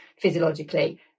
physiologically